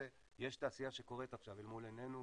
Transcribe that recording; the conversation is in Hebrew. יש תעשייה שקורית עכשיו אל מול עינינו,